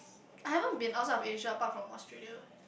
I haven't been outside of Asia apart from Australia